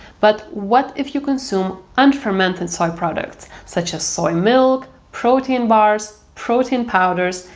but what if you consume unfermented soy products? such as soy milk, protein bars, protein powders,